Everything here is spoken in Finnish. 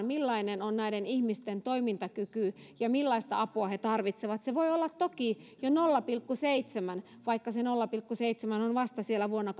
millainen on näiden ihmisten toimintakyky ja millaista apua he tarvitsevat se voi olla toki jo nolla pilkku seitsemän vaikka se nolla pilkku seitsemän on vasta siellä vuonna